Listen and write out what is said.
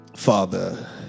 Father